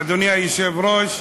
אדוני היושב-ראש,